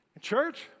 Church